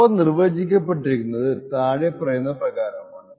അവ നിർവചിക്കപ്പെട്ടിരിക്കുന്നത് താഴെ പറയുന്ന പ്രകാരമാണ്